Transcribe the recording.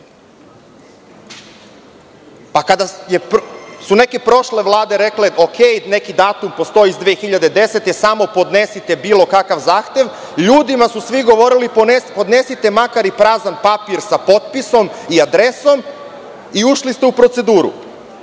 su neke prošle Vlade rekle – u redu, neki datum postoji iz 2010. godine, samo podnesite bilo kakav zahtev, ljudima su svi govorili podnesite makar i prazan papir sa potpisom i adresom i ušli ste u proceduru.